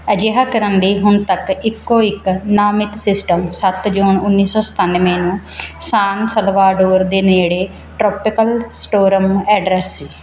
ਅਜਿਹਾ ਕਰਨ ਲਈ ਹੁਣ ਤੱਕ ਦਾ ਇੱਕੋ ਇੱਕ ਨਾਮਿਤ ਸਿਸਟਮ ਸੱਤ ਜੂਨ ਉੱਨੀ ਸੌ ਸਤਾਨਵੇਂ ਨੂੰ ਸਾਨ ਸਲਵਾਡੋਰ ਦੇ ਨੇੜੇ ਟ੍ਰੋਪਿਕਲ ਸਟੋਰਮ ਐਡਰਸ ਸੀ